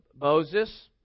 Moses